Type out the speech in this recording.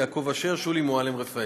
יעקב אשר ושולי מועלם-רפאלי.